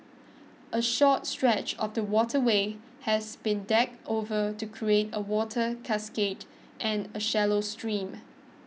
a short stretch of the waterway has been decked over to create a water cascade and a shallow stream